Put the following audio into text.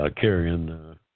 carrying